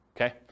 okay